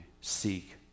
Seek